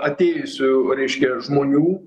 atėjusių reiškia žmonių